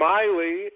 Miley